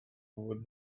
with